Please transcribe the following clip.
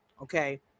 okay